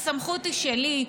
הסמכות היא שלי.